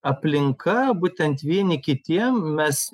aplinka būtent vieni kitiems mes